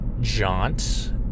jaunt